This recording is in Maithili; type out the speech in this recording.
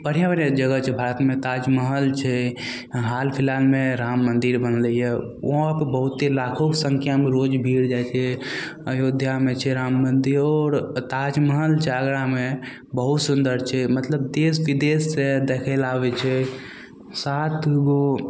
बढ़िआँ बढ़िआँ जगह छै भारतमे ताजमहल छै हाल फिलहालमे राम मन्दिर बनलैय उहाँके लाखोके सङ्ख्यामे रोज भीड़ जाइ छै अयोध्यामे छै राम मन्दिर आओर ताजमहल छै आगरामे बहुत सुन्दर छै मतलब देशश विदेशसँ देखय लए आबय छै साथमे एगो